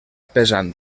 pesant